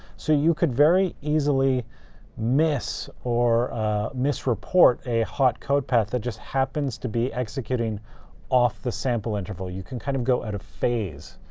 so you could very easily miss or misreport a hot code path that just happens to be executing off the sample interval. you can kind of go out of phase.